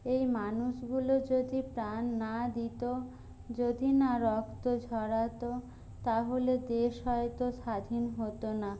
এই মানুষগুলো যদি প্রাণ না দিত যদি না রক্ত ঝরাত তাহলে দেশ হয়তো স্বাধীন হতো না